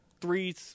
three